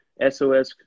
S-O-S